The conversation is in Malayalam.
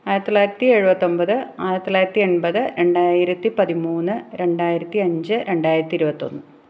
ആയിരത്തി തൊള്ളായിരത്തി എഴുപത്തൊൻപത് ആയിരത്തി തൊള്ളായിരത്തി എണ്പത് രണ്ടായിരത്തി പതിമൂന്ന് രണ്ടായിരത്തി അഞ്ച് രണ്ടായിരത്തി ഇരുപത്തൊന്ന്